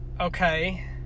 Okay